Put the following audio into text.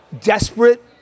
desperate